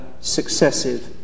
successive